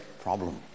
problem